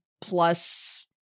plus